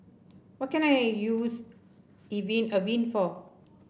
what can I use Avene for